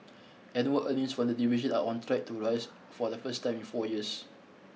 annual earnings from the division are on track to rise for the first time in four years